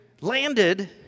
landed